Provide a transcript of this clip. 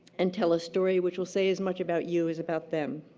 and tell a story which will say as much about you as about them.